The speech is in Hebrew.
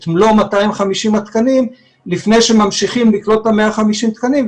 מלוא ה-250 התקנים לפני שממשיכים לקלוט את ה-150 תקנים.